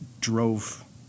drove